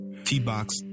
T-Box